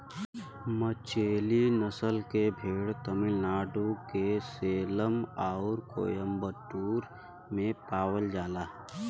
मचेरी नसल के भेड़ तमिलनाडु के सेलम आउर कोयम्बटूर में पावल जाला